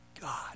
God